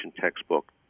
textbook